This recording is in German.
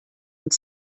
und